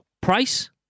Price